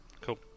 cool